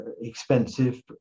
expensive